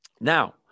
now